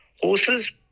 Horses